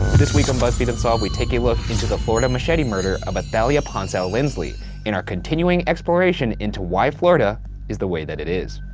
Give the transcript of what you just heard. this week on buzzfeed unsolved, we take a look into the florida machete murder of athalia ponsell lindsley in our continuing exploration into why florida is the way that it is.